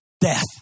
Death